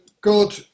God